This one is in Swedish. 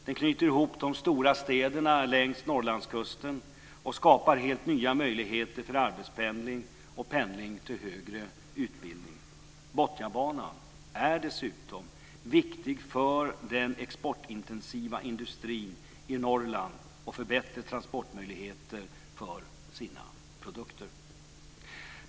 Den knyter ihop de stora städerna längs Norrlandskusten och skapar helt nya möjligheter för arbetspendling och pendling till högre utbildning. Botniabanan är dessutom viktig för den exportintensiva industrin i Norrland, som får bättre transportmöjligheter för sina produkter.